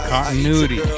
Continuity